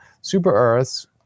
super-Earths